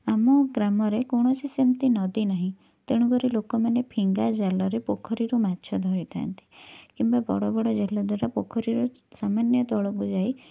ଆମ ଗ୍ରାମରେ କୌଣସି ସେମିତି ନଦୀ ନାହିଁ ତେଣୁକରି ଲୋକମାନେ ଫିଙ୍ଗା ଜାଲରେ ପୋଖରୀରୁ ମାଛ ଧରିଥାନ୍ତି କିମ୍ବା କିମ୍ବା ବଡ଼ ବଡ଼ ଜାଲ ଦ୍ଵାରା ପୋଖରୀର ସମାନ୍ୟ ତଳକୁ ଯାଇ